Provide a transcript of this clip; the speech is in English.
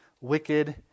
wicked